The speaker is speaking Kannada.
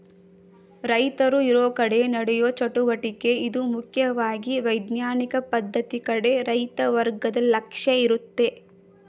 ರೈತರು ಇರೋಕಡೆ ನಡೆಯೋ ಚಟುವಟಿಕೆ ಇದು ಮುಖ್ಯವಾಗಿ ವೈಜ್ಞಾನಿಕ ಪದ್ಧತಿ ಕಡೆ ರೈತ ವರ್ಗದ ಲಕ್ಷ್ಯ ಇರುತ್ತೆ